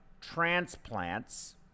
transplants